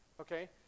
Okay